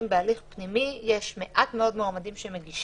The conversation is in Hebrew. בהליך פנימי יש מעט מאוד מועמדים שמגישים.